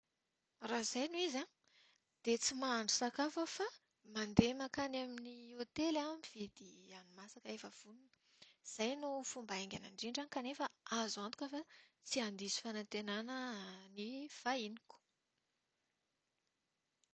Raha izay no izy an, dia tsy mahandro sakafo aho fa mandeha mankany amin'ny hôtely mividy hani-masaka efa vonona. Izay no fomba haingana indrindra kanefa azo antoka fa tsy handiso fanantenana ny vahiniko.